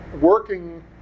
working